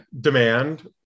demand